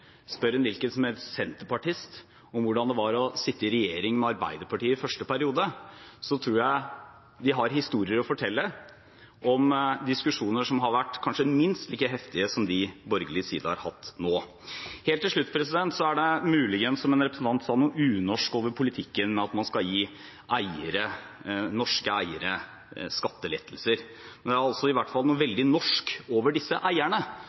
Spør en hvilken som helst SV-er, spør en hvilken som helst senterpartist, om hvordan det var å sitte i regjering med Arbeiderpartiet i første periode. Jeg tror de har historier å fortelle om diskusjoner som har vært kanskje minst like heftige som dem borgerlig side har hatt nå. Helt til slutt: Det er muligens, som en representant sa, noe «unorsk» over politikken med å gi norske eiere skattelettelser, men det er iallfall noe veldig norsk over disse eierne,